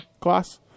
class